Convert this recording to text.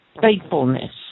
faithfulness